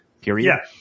Period